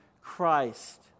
Christ